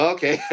Okay